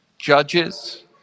judges